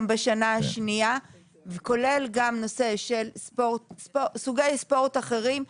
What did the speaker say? בשנה השנייה כולל גם נושא של סוגי ספורט אחרים,